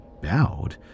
bowed